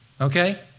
okay